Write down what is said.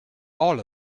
all